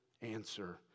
answer